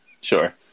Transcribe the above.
sure